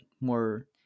more